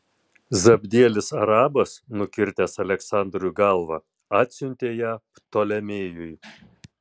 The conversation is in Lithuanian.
zabdielis arabas nukirtęs aleksandrui galvą atsiuntė ją ptolemėjui